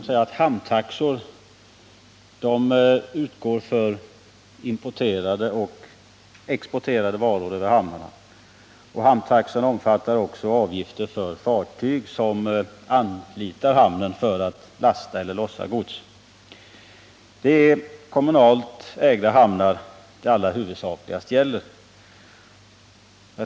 Hamntaxorna gäller för över hamnarna importerade och exporterade varor, och de omfattar också avgifter för fartyg som anlitar hamn för att lasta eller lossa gods. Det är huvudsakligast fråga om kommunalt ägda hamnar.